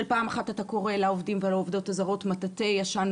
שפעם אחת אתה קורא לעובדים ולעובדות הזרות "מטאטא ישן,